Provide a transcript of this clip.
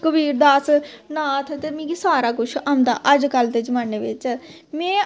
कवीर दास नाथ ते मिगी सारा कुछ आंदा ते अजकल्ल दे जमाने बिच्च में